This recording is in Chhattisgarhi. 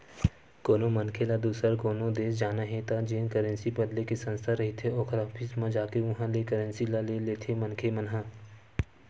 कोनो मनखे ल दुसर कोनो देस जाना हे त जेन करेंसी बदले के संस्था रहिथे ओखर ऑफिस म जाके उहाँ के करेंसी ल ले लेथे मनखे मन ह